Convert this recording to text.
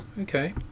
Okay